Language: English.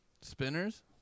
Spinners